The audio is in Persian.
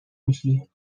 میشی